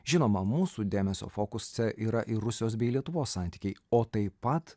žinoma mūsų dėmesio fokuse yra ir rusijos bei lietuvos santykiai o taip pat